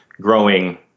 growing